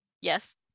Yes